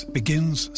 begins